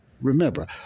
Remember